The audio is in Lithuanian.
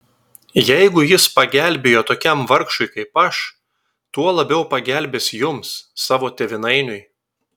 jeigu jis pagelbėjo tokiam vargšui kaip aš tuo labiau pagelbės jums savo tėvynainiui